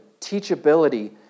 teachability